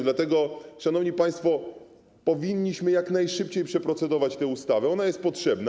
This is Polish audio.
Dlatego, szanowni państwo, powinniśmy jak najszybciej przeprocedować tę ustawę, ona jest potrzebna.